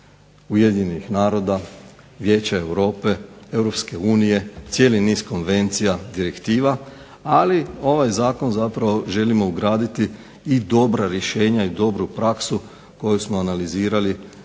Ujedinjenih naroda, Vijeća Europe, Europske unije, cijeli niz konvencija, direktiva, ali u ovaj zakon zapravo želimo ugraditi i dobra rješenja i dobru praksu koju smo analizirali